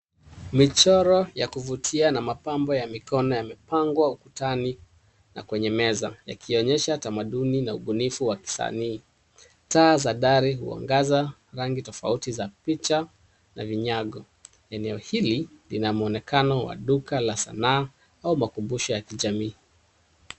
Michoro ya kuvutia na mapambo ya mikono yamepangwa ukutani na kwenye meza yakionyesha tamaduni na ubunifu wa kisanii. Taa za dari huangaza rangi tofauti za picha na vinyago. Eneo hili lina mwonekano wa duka la sanaa au makumbusho ya kijamii.